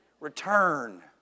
Return